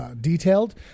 Detailed